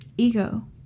ego